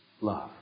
love